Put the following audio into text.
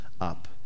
up